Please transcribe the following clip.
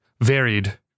varied